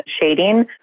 shading